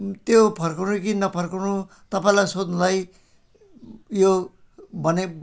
त्यो फर्काउनु कि नफर्काउनु तपाईँलाई सोध्नुलाई यो भने